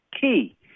key